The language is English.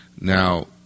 now